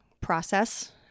process